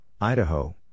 Idaho